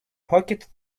pocketed